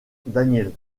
danielle